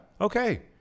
Okay